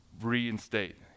reinstate